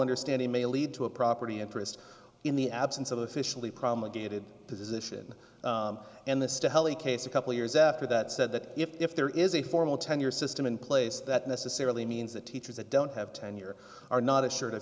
understanding may lead to a property interest in the absence of officially promulgated position and this to help the case a couple years after that said that if there is a formal tenure system in place that necessarily means that teachers that don't have tenure are not a